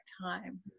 time